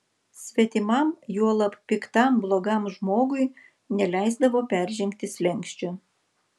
svetimam juolab piktam blogam žmogui neleisdavo peržengti slenksčio